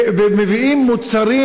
ומביאים מוצרים.